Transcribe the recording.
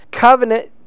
Covenant